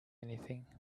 anything